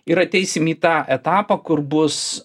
ir ateisim į tą etapą kur bus